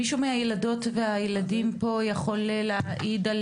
מישהו מהילדות והילדים פה יכול להעיד,